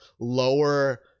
lower